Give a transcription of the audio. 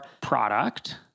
product